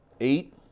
eight